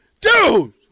dude